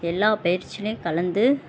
எல்லா பயிற்சியிலேயும் கலந்து